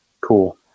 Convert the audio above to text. cool